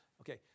okay